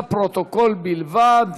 לפרוטוקול בלבד.